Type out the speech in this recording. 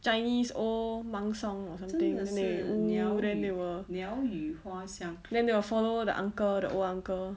chinese old monk song or something they then they will then they will follow the uncle the old uncle